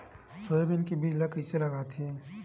Soybean के बीज ल कइसे लगाथे?